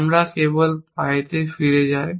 আমরা কেবল পাইতে ফিরে যাই